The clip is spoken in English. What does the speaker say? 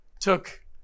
took